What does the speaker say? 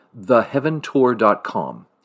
theheaventour.com